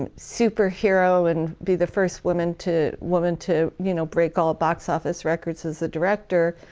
superhero and be the first woman to woman to you know break all box office records as the director.